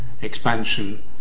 expansion